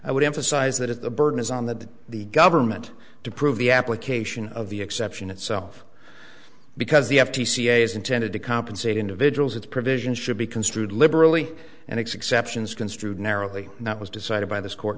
i would emphasize that if the burden is on that the government to prove the application of the exception itself because the f t c is intended to compensate individuals its provisions should be construed liberally and exceptions construed narrowly and that was decided by this court